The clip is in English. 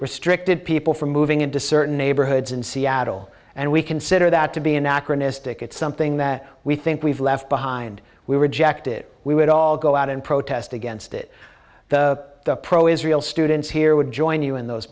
restricted people from moving into certain neighborhoods in seattle and we consider that to be anachronistic it's something that we think we've left behind we reject it we would all go out and protest against it the pro israel students here would join you in those